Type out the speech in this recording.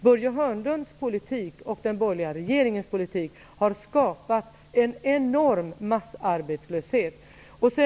Börje Hörnlunds och den borgerliga regeringens politik har skapat en enorm massarbetslöshet.